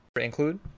Include